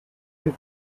and